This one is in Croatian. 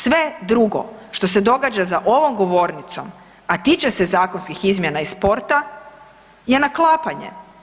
Sve drugo što se događa za ovom govornicom, a tiče se zakonskih izmjena i sporta je naklapanje.